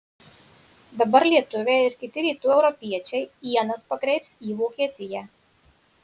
dabar lietuviai ir kiti rytų europiečiai ienas pakreips į vokietiją